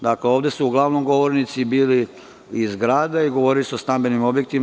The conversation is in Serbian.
Dakle, ovde su uglavnom govornici bili iz grada i govorili su o stambenim objektima.